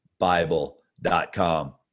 Bible.com